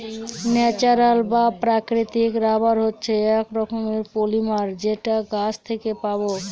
natural বা প্রাকৃতিক rubber হচ্ছে এক রকমের পলিমার যেটা গাছ থেকে পাবো